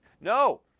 No